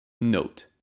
Note